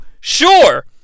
Sure